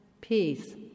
peace